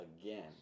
again